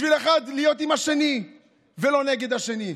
בשביל להיות אחד עם השני ולא נגד השני.